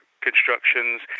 constructions